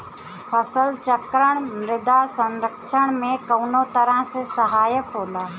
फसल चक्रण मृदा संरक्षण में कउना तरह से सहायक होला?